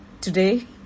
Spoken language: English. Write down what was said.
today